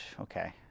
okay